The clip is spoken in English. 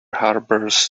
harbors